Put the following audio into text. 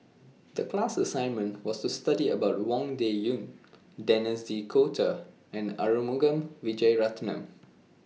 The class assignment was to study about Wang Dayuan Denis D'Cotta and Arumugam Vijiaratnam